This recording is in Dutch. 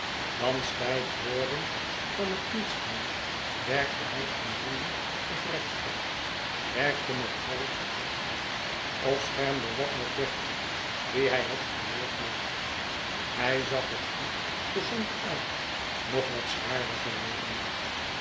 dan stijf wordend van het niets doen werkte hij aan ringen of rekstok werkte met halters of schermde wat met bertie wien hij het geleerd had hij zag er goed gezond uit nog wat zwaarder geworden